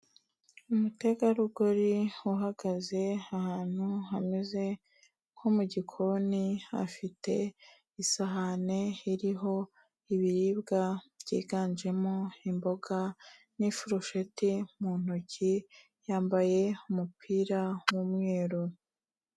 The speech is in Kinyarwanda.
Umutegarugori uhagaze ahantu hameze nko mu gikoni, afite isahani iriho ibiribwa byiganjemo imboga n'ifurusheti mu ntoki, yambaye umupira w'umweru.